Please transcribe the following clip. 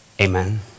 amen